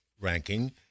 ranking